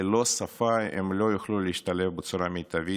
ללא שפה הם לא יוכלו להשתלב בצורה מיטבית,